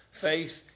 faith